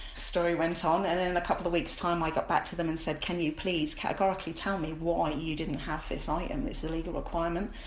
story went on and then in a couple of weeks' time i got back to them and said, can you please categorically tell me why you didn't have this item, it's a legal requirement.